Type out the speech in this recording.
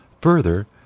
Further